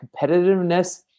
competitiveness